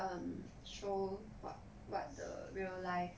um show what what the real life